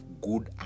good